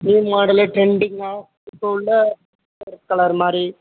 new model ட்ரெண்ட்டிங்கா இப்போ உள்ள கலர் மாரி